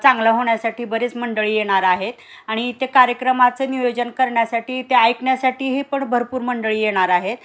चांगलं होण्यासाठी बरेच मंडळी येणार आहेत आणि इथे कार्यक्रमाचं नियोजन करण्यासाठी ते ऐकण्यासाठीही पण भरपूर मंडळी येणार आहेत